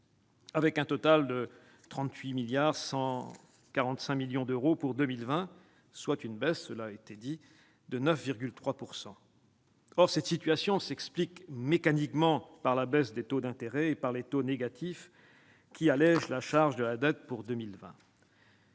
avec un total de 38 145 milliards d'euros pour 2020, soit une baisse de 9,3 %. Cette situation s'explique mécaniquement par la baisse des taux d'intérêt et par les taux négatifs, qui allègent la charge de la dette pour